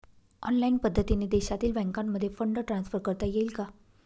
Online पद्धतीने देशातील बँकांमध्ये फंड ट्रान्सफर करता येईल का?